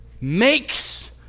makes